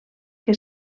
que